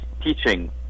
teaching